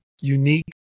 unique